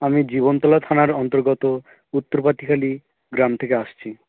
আমি জীবনতলা থানার অন্তর্গত উত্তর পাতিখালি গ্রাম থেকে আসছি